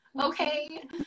Okay